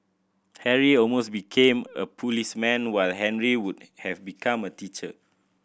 Harry almost became a policeman while Henry would have become a teacher